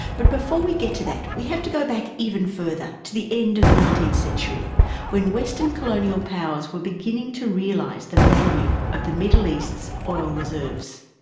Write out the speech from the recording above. but before we get to that, we have to go back even further to the end of the nineteenth century when western colonial powers were beginning to realise the value of the middle east's oil reserves.